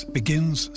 begins